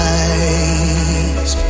eyes